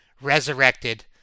resurrected